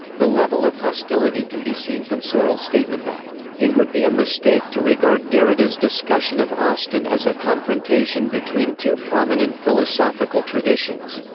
the level of hostility can be seen from searle's statement that it would be a mistake to regard derrida's discussion of austin as a confrontation between two prominent philosophical traditions,